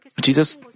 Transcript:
Jesus